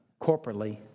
corporately